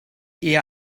eher